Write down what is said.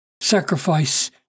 sacrifice